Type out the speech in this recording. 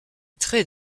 très